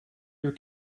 your